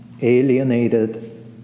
alienated